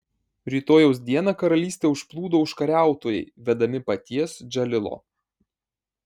rytojaus dieną karalystę užplūdo užkariautojai vedami paties džalilo